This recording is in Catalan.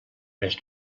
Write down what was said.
més